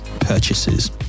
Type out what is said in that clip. purchases